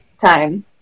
time